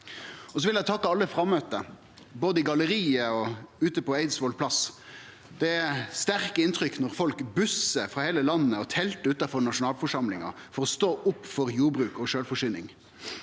Eg vil også takke alle dei frammøtte, både på galleriet og ute på Eidsvolls plass. Det er sterke inntrykk når folk bussar frå heile landet og teltar utanfor nasjonalforsamlinga for å stå opp for jordbruk og sjølvforsyning.